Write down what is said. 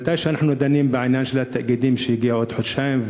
כשאנחנו דנים בעניין של התאגידים שיגיעו בעוד חודשיים,